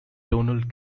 donald